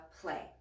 play